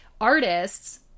artists